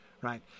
right